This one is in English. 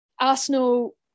Arsenal